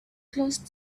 close